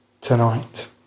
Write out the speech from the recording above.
tonight